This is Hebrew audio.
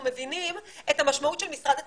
מבינים את המשמעות של משרד התפוצות.